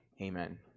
Amen